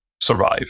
survive